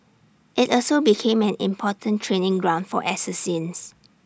IT also became an important training ground for assassins